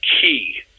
key